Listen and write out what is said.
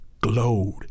glowed